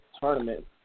tournament